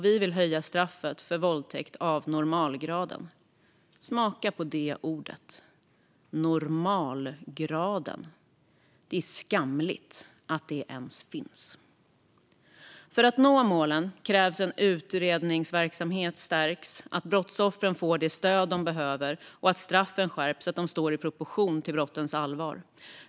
Vi vill höja straffet för våldtäkt av normalgraden. Smaka på det ordet: normalgraden! Det är skamligt att det ens finns. För att nå målen krävs det att utredningsverksamheten stärks, att brottsoffren får det stöd de behöver och att straffen skärps så att de står i proportion till brottens allvar.